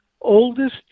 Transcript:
oldest